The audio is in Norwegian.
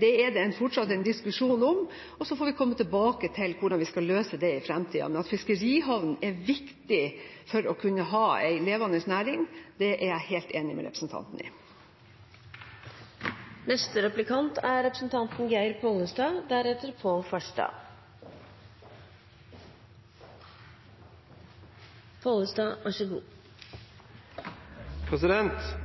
det er det fortsatt en diskusjon om, og så får vi komme tilbake til hvordan vi skal løse det i fremtiden. Men at fiskerihavner er viktig for å kunne ha en levende næring, er jeg helt enig med representanten i. Oppdrettsnæringen er en viktig næring for landet vårt. Det er